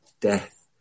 death